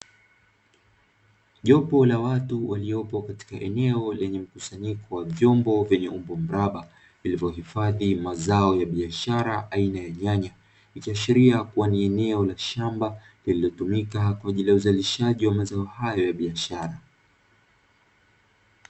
Jopo la watu waliopo katika eneo lenye mkusanyiko wa vyombo vyenye umbo mraba vilivyohifadhi mazao ya biashara aina ya nyanya, ikiashiria kuwa ni eneo la shamba lililotumika kwaajili ya uzalishaji wa mazao hayo ya biashara.